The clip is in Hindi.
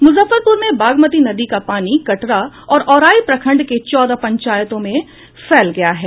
मुजफ्फरपुर में बागमती नदी का पानी कटरा और औराई प्रखंड के चौदह पंचायतों में फैल गया है